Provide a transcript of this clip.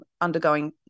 undergoing